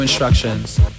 instructions